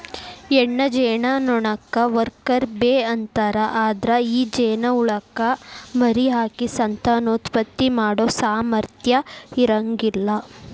ಹೆಣ್ಣ ಜೇನನೊಣಕ್ಕ worker bee ಅಂತಾರ, ಅದ್ರ ಈ ಜೇನಹುಳಕ್ಕ ಮರಿಹಾಕಿ ಸಂತಾನೋತ್ಪತ್ತಿ ಮಾಡೋ ಸಾಮರ್ಥ್ಯ ಇರಂಗಿಲ್ಲ